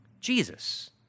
jesus